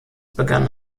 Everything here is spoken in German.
begann